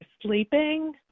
sleeping